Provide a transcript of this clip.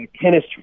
tennis